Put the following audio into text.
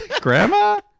Grandma